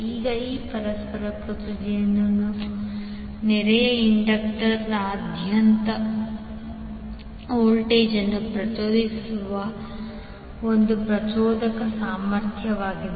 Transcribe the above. ಈಗ ಈ ಪರಸ್ಪರ ಪ್ರಚೋದನೆಯು ನೆರೆಯ ಇಂಡಕ್ಟರ್ನಾದ್ಯಂತ ವೋಲ್ಟೇಜ್ ಅನ್ನು ಪ್ರಚೋದಿಸುವ ಒಂದು ಪ್ರಚೋದಕದ ಸಾಮರ್ಥ್ಯವಾಗಿದೆ